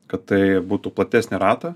kad tai būtų platesnį ratą